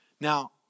Now